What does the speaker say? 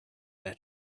their